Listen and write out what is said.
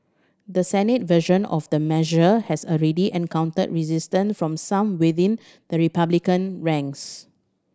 the Senate version of the measure has already encountered resistance from some within the Republican ranks